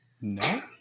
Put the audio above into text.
No